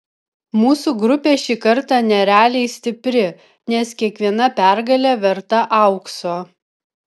mūsų grupė šį kartą nerealiai stipri nes kiekviena pergalė verta aukso